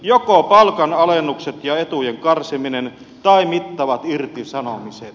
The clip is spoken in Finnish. joko palkanalennukset ja etujen karsiminen tai mittavat irtisanomiset